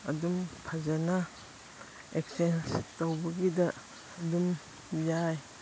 ꯑꯗꯨꯝ ꯐꯖꯅ ꯑꯦꯛꯆꯦꯟꯖ ꯇꯧꯕꯒꯤꯗ ꯑꯗꯨꯝ ꯌꯥꯏ